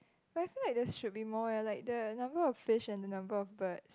but I feel like there should be more eh like the number of fish and the number of birds